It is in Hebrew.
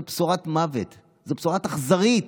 זאת בשורת מוות, זאת בשורה אכזרית.